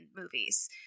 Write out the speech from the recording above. movies